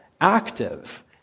active